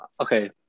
Okay